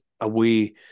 away